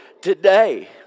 today